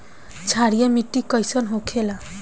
क्षारीय मिट्टी कइसन होखेला?